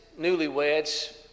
newlyweds